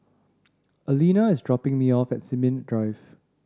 Alena is dropping me off at Sin Ming Drive